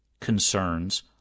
concerns